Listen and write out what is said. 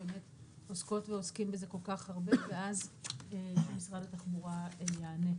שבאמת עוסקות ועוסקים בזה כל כך הרבה ואז משרד התחבורה יענה כבר.